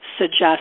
suggest